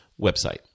website